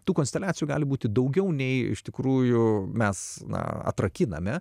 tų konsteliacijų gali būti daugiau nei iš tikrųjų mes na atrakiname